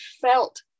felt